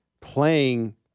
playing